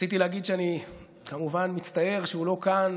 רציתי להגיד שאני כמובן מצטער שהוא לא כאן